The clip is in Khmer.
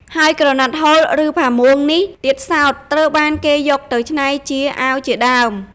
ហើយក្រណាត់ហូល ឬផាមួងនេះទៀតសោត ត្រូវបានគេយកទៅច្នៃជាអាវជាដើម។